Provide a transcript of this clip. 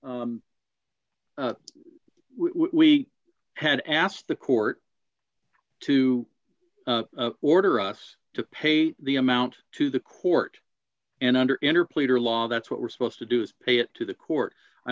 and we had asked the court to order us to pay the amount to the court and under enter pleader law that's what we're supposed to do is pay it to the court i